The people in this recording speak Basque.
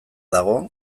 dago